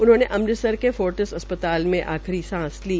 उन्होंने अमृतसर के फोर्टिस अस्पताल में आखिरी सांस ली